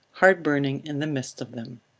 heart-burning in the midst of them.